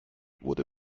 wurde